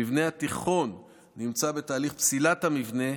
מבנה התיכון נמצא בתהליך פסילת המבנה,